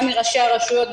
גם מראשי הרשויות,